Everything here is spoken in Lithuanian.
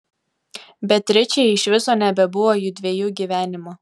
beatričei iš viso nebebuvo jųdviejų gyvenimo